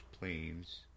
planes